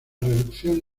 reducción